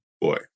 boy